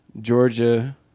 Georgia